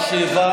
תודה.